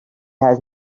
has